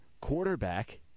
quarterback